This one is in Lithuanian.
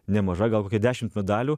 nemaža gal dešimt medalių